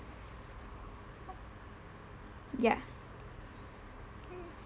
ya